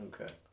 okay